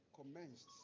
commenced